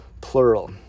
Plural